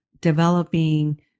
developing